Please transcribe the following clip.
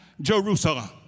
Jerusalem